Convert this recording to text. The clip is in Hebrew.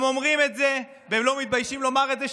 הם אומרים את זה והם לא מתביישים לומר את זה,